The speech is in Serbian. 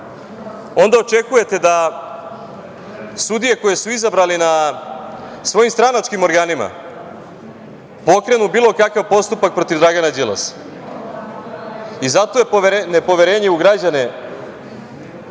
Onda očekujete da sudije koje su izabrane na svojim stranačkim organima pokrenu bilo kakav postupak protiv Dragana Đilasa i zato je nepoverenje